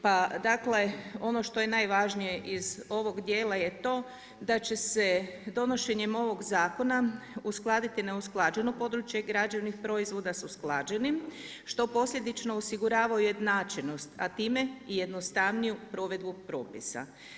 Pa dakle, ono što je najvažnije iz ovog dijela je da će se donošenjem ovog zakona uskladiti neusklađeno područje građevnih proizvoda s usklađenim, što poslijedično osigurava ujednačenost, a time i jednostavniju provedbu propisa.